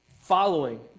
following